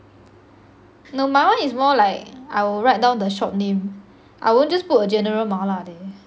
no my [one] is more like I would write down the shop name I won't just put a general 麻辣